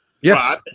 yes